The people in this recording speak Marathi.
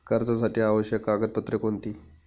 कर्जासाठी आवश्यक कागदपत्रे कोणती?